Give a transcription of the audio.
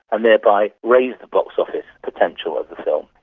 and thereby raise the box office potential of the film.